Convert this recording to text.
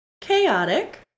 chaotic